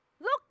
Look